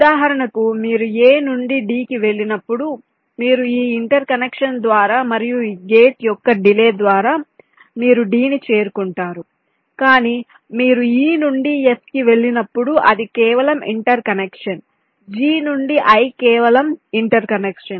ఉదాహరణకు మీరు A నుండి D కి వెళ్ళినప్పుడు మీరు ఈ ఇంటర్ కనెక్షన్ ద్వారా మరియు ఈ గేట్ యొక్క డిలే ద్వారా మీరు D కి చేరుకుంటారు కానీ మీరు E నుండి F కి వెళ్ళినప్పుడు అది కేవలం ఇంటర్ కనెక్షన్ G నుండి I కేవలం ఇంటర్ కనెక్షన్